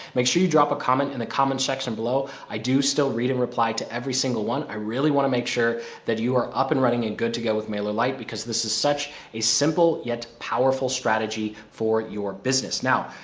make sure you drop a comment in the comment section below, i do still read and reply to every single one. i really want to make sure that you are up and running and good to go with mailer light because this is such a simple yet powerful strategy for your business. now,